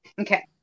Okay